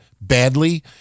badly